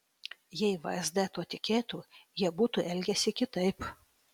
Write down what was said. jei vsd tuo tikėtų jie būtų elgęsi kitaip